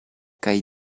kaj